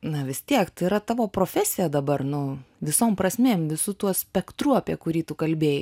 na vis tiek tai yra tavo profesija dabar nu visom prasmėm visu tuo spektru apie kurį tu kalbėjai